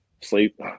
sleep